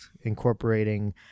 incorporating